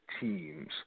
teams